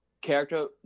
character